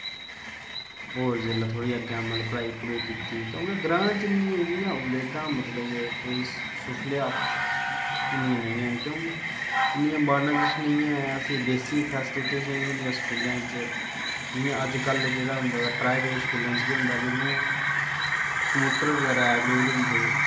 होर मतलव अग्गैं जिसलै पढ़ाई पढुई कीती मतलव क्योंकि ग्रांऽ च इन्नी कोई स्हूलियात इन्नियां नेईं हैन क्योंकि इन्नी माडर्नायेशन नेईं हैन इन्नियां स्हूलतां नी होंदियां स्कूलैं च जियां अजकल होंदा प्राईवेट स्कूलैं च केह् होंदा कि कंप्यूटर बगैरा अवेलेवल होंदे